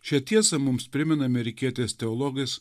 šią tiesą mums primena amerikietis teologas